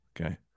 Okay